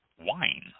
wine